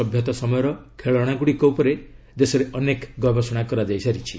ସଭ୍ୟତା ସମୟର ଖେଳଶାଗୁଡ଼ିକ ଉପରେ ଦେଶରେ ଅନେକ ଗବେଷଣା କରାଯାଇଛି